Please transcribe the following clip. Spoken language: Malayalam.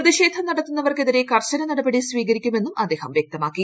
പ്രതിഷേധം നടത്തുന്നവർക്കെതിരെ കർശന നടപടി സ്വീകരിക്കുമെന്നും അദ്ദേഹം വ്യക്തമാക്കി